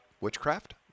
witchcraft